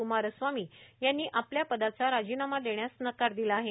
कुमारस्वामी यांनी आपल्या पदाचा राजीनामा देण्यास नकार दिला आहे